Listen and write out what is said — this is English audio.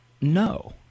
no